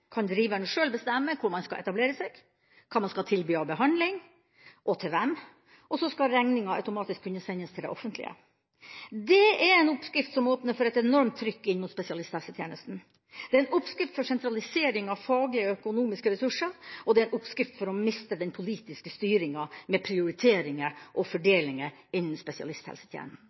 kan driverne sjøl bestemme hvor man skal etablere seg, hva man skal tilby av behandling, og til hvem, og så skal regninga automatisk kunne sendes til det offentlige. Dette er en oppskrift som åpner for et enormt trykk inn mot spesialisthelsetjenesten, det er en oppskrift for sentralisering av faglige og økonomiske ressurser, og det er en oppskrift for å miste den politiske styringa med prioriteringer og fordelinger innen